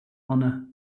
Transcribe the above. honor